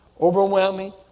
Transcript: Overwhelming